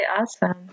awesome